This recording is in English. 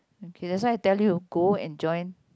okay that's why I tell you go and join